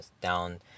down